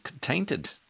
tainted